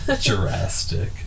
Jurassic